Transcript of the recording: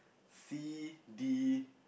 C D